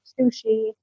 sushi